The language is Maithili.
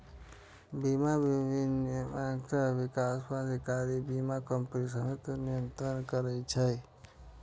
बीमा विनियामक विकास प्राधिकरण बीमा कंपनी सभकें नियंत्रित करै छै